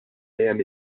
dejjem